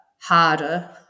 harder